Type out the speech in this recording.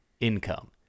income